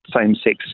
same-sex